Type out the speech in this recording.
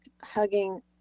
hugging